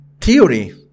theory